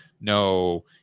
no